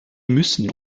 müssen